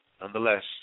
Nonetheless